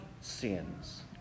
sins